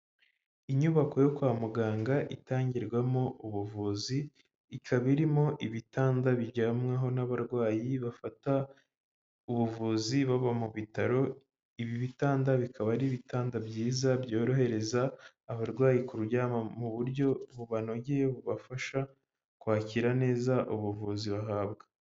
Inyubako yo kwa muganga itangirwamo ubuvuzi, ikaba irimo ibitanda biryamwaho n'abarwayi bafata ubuvuzi baba mu bitaro, ibi bitanda bikaba ari ibitanda byiza byorohereza abarwayi, kuryama mu buryo bubanogeye, bubafasha kwakira neza ubuvuzi bahabwa.